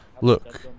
look